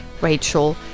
Rachel